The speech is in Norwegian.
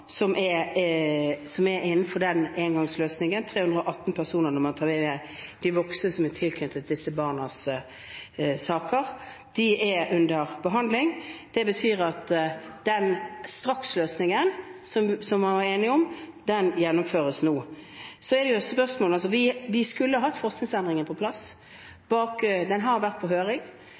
innenfor den engangsløsningen – 318 personer når man tar med de voksne som er tilknyttet disse barnas saker – og de er under behandling. Det betyr at den straksløsningen som man var enige om, den gjennomføres nå. Så er det jo et spørsmål: Vi skulle hatt forskriftsendringen på plass. Den har vært på høring.